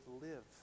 live